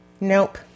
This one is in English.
nope